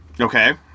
Okay